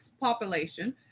population